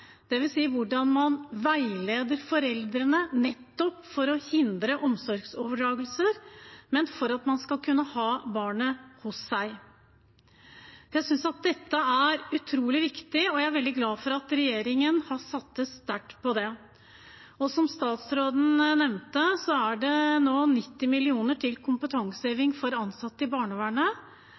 hvordan man veileder foreldrene nettopp for å hindre omsorgsoverdragelser og for at man skal kunne ha barnet hos seg. Jeg synes dette er utrolig viktig, og jeg er veldig glad for at regjeringen har satset sterkt på det. Som statsråden nevnte, er det nå 90 mill. kr til kompetanseheving for ansatte i barnevernet,